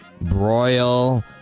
broil